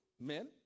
Men